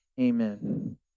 Amen